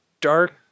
dark